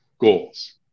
goals